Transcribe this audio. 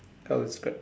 come with skirt